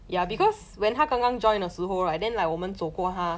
saying she